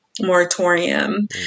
moratorium